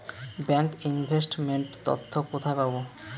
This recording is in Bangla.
ব্যাংক ইনভেস্ট মেন্ট তথ্য কোথায় পাব?